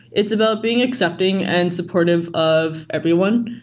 it's about being accepting and supportive of everyone.